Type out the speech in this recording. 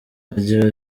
agira